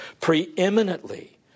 preeminently